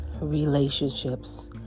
relationships